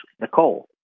Nicole